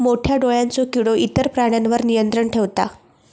मोठ्या डोळ्यांचो किडो इतर प्राण्यांवर नियंत्रण ठेवता